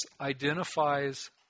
identifies